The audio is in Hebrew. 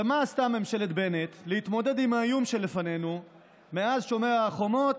ומה עשתה ממשלת בנט כדי להתמודד עם האיום שלפנינו מאז שומר החומות?